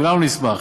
כולנו נשמח,